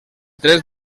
drets